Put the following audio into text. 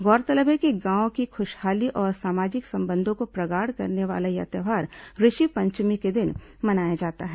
गौरतलब है कि गांव की खुशहाली और सामाजिक संबंधों को प्रगाढ़ करने वाला यह त्यौहार ऋषि पंचमी के दिन मनाया जाता है